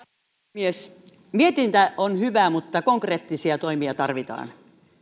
puhemies mietintä on hyvä mutta konkreettisia toimia tarvitaan